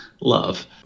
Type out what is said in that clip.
Love